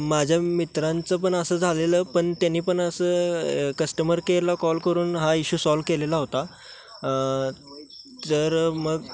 माझ्या मित्रांचं पण असं झालेलं पण त्यांनी पण असं कस्टमर केअरला कॉल करून हा इश्यू सॉल्व केलेला होता तर मग